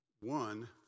One